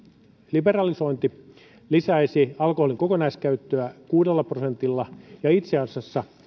liberalisointi lisäisi alkoholin kokonaiskäyttöä kuudella prosentilla ja itse asiassa